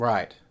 Right